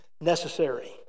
necessary